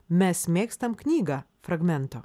mes mėgstam knygą fragmento